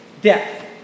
Death